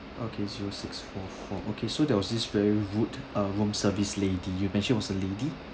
okay zero six four four okay so there was this very rude uh room service lady you mentioned was a lady